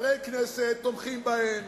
חברי הכנסת תומכים בהם,